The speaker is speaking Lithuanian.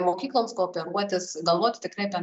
mokykloms kooperuotis galvoti tikrai apie